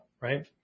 right